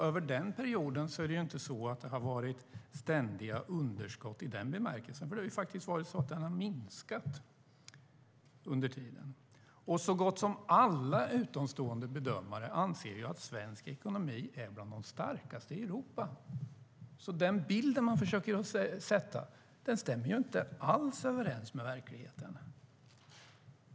Under denna period har det alltså inte varit ständiga underskott i den bemärkelsen, för skulden har alltså minskat under denna tid. Så gott som alla utomstående bedömare anser att svensk ekonomi är bland de starkaste i Europa. Den bild Socialdemokraterna försöker måla upp stämmer inte alls överens med verkligheten.